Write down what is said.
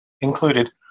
included